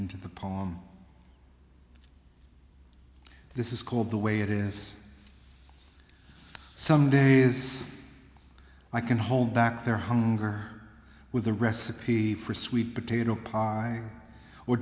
into the poem this is called the way it is some days i can hold back their hunger with a recipe for sweet potato pie or